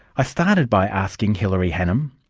i started by asking hilary hannam,